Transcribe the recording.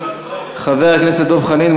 חבר הכנסת דב חנין,